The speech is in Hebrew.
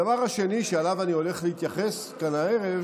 הדבר השני שאליו אני הולך להתייחס כאן הערב